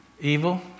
evil